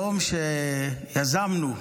יום שיזמנו,